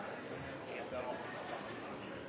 helse-